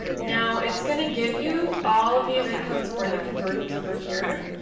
now it's going to give you all of the event codes for the conversions over here.